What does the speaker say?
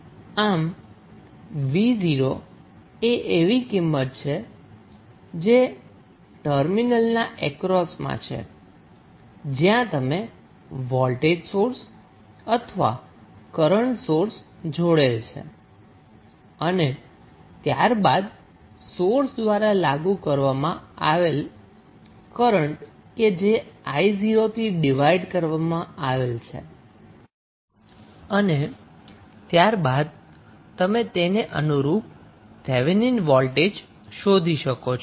આમ 𝑣0 એ એવી એક કિંમત છે કે જે ટર્મિનલના અક્રોસમાં છે જ્યાં તમે વોલ્ટજ સોર્સ અથવા કરન્ટ સોર્સ જોડેલ છે અને ત્યારબાદ સોર્સ દ્વારા લાગુ કરવામાં આવેલ કરન્ટ કે જે 𝑖0 થી ડિવાઈડ કરવામાં આવેલ છે અને ત્યારબાદ તમે તેને અનુરુપ થેવેનિન વોલ્ટજ શોધી શકો છો